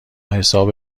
حساب